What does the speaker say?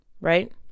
right